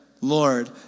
Lord